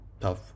tough